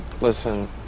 Listen